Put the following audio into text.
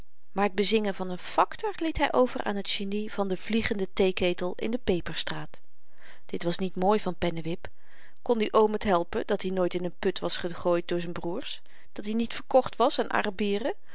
maar t bezingen van een fakter liet hy over aan t genie van den vliegenden theeketel in de peperstraat dit was niet mooi van pennewip kon die oom het helpen dat-i nooit in een put was gegooid door z'n broêrs dat-i niet verkocht was aan arabieren